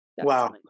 Wow